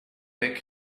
back